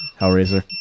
Hellraiser